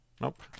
Nope